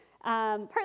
Partly